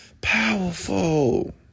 powerful